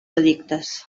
edictes